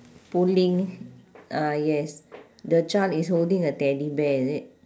pulling ah yes the child is holding a teddy bear is it